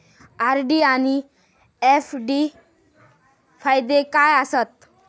RD आनि FD फायदे काय आसात?